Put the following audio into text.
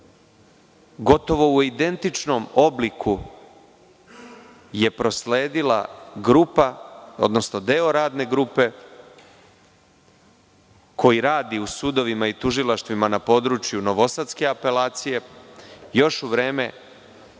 gotovo u identičnom obliku je prosledio deo radne grupe koji radi u sudovima i tužilaštvima na području novosadske apelacije još u vreme